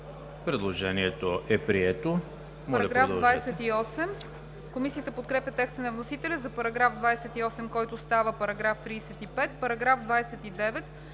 Предложението е прието.